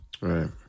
Right